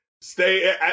stay